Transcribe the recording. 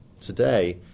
today